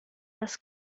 das